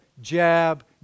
jab